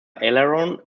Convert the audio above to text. aileron